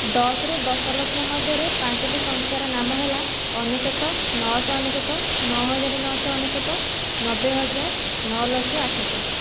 ଦଶରୁ ଦଶଲକ୍ଷ ମଧ୍ୟରେ ପାଞ୍ଚୋଟି ସଂଖ୍ୟାର ନାମ ହେଲା ଅନେଶତ ନଅଶହ ଅନେଶତ ନଅହଜାର ନଅଶହ ଅନେଶତ ନବେହଜାର ନଲକ୍ଷ ଆଠଶହ